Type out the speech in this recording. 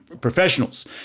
Professionals